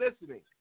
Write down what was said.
listening